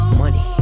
money